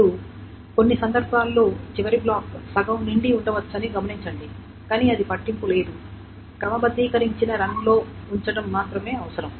ఇప్పుడు కొన్ని సందర్భాల్లో చివరి బ్లాక్ సగం నిండి ఉండవచ్చని గమనించండి కానీ అది పట్టింపు లేదు క్రమబద్ధీకరించిన రన్లో ఉంచడం మాత్రమే అవసరం